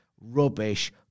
rubbish